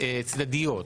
צדדיות.